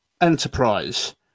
Enterprise